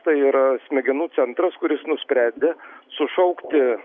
tai yra smegenų centras kuris nusprendė sušaukti